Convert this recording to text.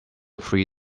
free